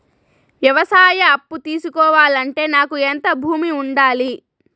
వ్యవసాయ అప్పు తీసుకోవాలంటే నాకు ఎంత భూమి ఉండాలి?